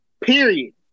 Period